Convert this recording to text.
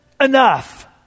enough